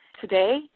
Today